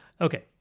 Okay